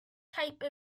type